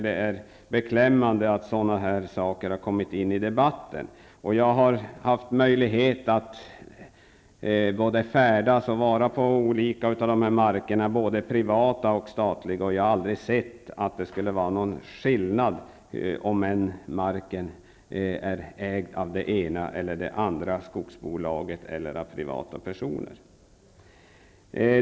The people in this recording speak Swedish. Det är beklämmande att sådana argument har kommit in i debatten. Jag har haft möjlighet till att både färdas och vistas på de här markerna, privata såväl som statliga, och jag har aldrig sett någon skillnad på mark ägd vare sig av det ena eller det andra skogsbolaget eller av privata personer.